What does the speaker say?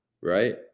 right